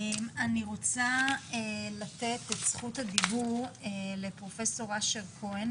אני רוצה לתת את זכות הדיבור לפרופסור אשר כהן,